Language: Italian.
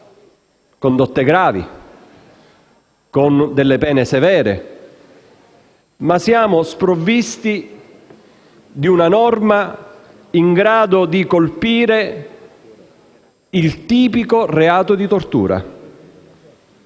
condotte gravi - con delle pene severe. Ma siamo sprovvisti di una norma in grado di colpire il tipico reato di tortura